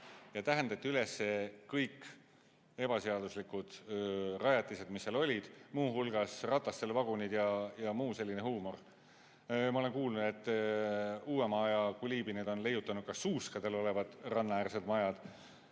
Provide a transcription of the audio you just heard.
Tähendati üles kõik ebaseaduslikud rajatised, mis seal olid, muu hulgas ratastel vagunid ja muu selline huumor. Ma olen kuulnud, et uuema aja Kulibinid on leiutanud ka suuskadel olevad rannaäärsed majad.